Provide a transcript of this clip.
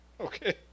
Okay